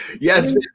Yes